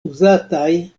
uzataj